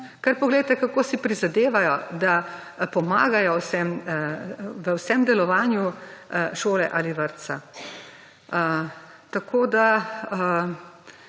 Poglejte kako si prizadevajo, da pomagajo v vsem delovanju šole ali vrtca. Tako da